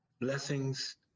Blessings